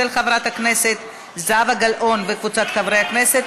של חברת הכנסת זהבה גלאון וקבוצת חברי הכנסת,